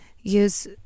use